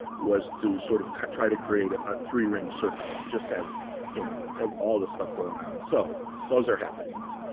was to sort of try to create a ah three ring circus, just have you know have all this stuff going on. so those are happenings.